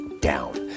down